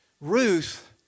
Ruth